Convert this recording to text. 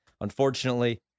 unfortunately